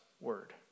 word